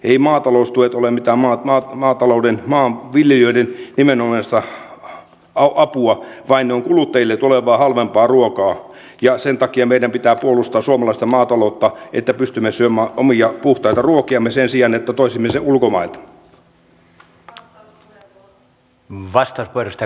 eivät maataloustuet ole mitään maanviljelijöiden nimenomaista apua vaan ne ovat kuluttajille tulevaa halvempaa ruokaa ja sen takia meidän pitää puolustaa suomalaista maataloutta että pystymme syömään omia puhtaita ruokiamme sen sijaan että toisimme ne ulkomailta